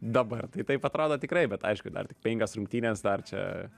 dabar tai taip atrodo tikrai bet aišku dar tik penkios rungtynes dar čia